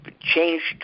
changed